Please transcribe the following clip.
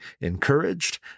encouraged